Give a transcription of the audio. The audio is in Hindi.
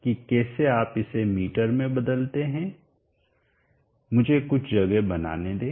तो यह है कि कैसे आप इसे मीटर में बदलते हैं मुझे कुछ जगह बनाने दें